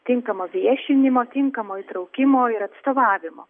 tinkamo viešinimo tinkamo įtraukimo ir atstovavimo